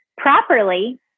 properly